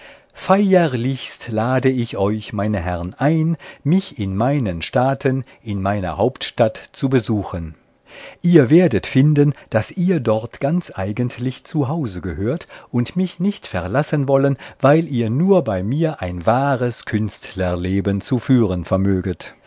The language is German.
feierlichst lade ich euch meine herrn ein mich in meinen staaten in meiner hauptstadt zu besuchen ihr werdet finden daß ihr dort ganz eigentlich zu hause gehört und mich nicht verlassen wollen weil ihr nur bei mir ein wahres künstlerleben zu führen vermöget